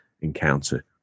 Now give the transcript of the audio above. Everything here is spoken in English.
encounter